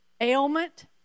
ailment